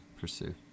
pursue